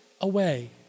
away